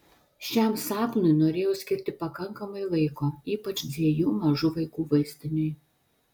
šiam sapnui norėjau skirti pakankamai laiko ypač dviejų mažų vaikų vaizdiniui